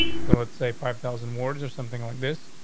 so let's say five thousand words or something like this.